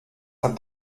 hat